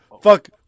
Fuck